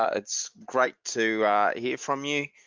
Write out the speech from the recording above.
ah it's great to hear from you.